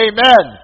Amen